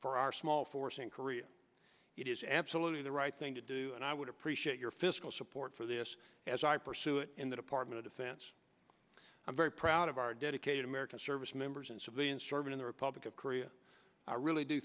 for our small force and it is absolutely the right thing to do and i would appreciate your fiscal support for this as i pursue it in the department of defense i'm very proud of our dedicated american service members and civilians serving in the republic of korea i really do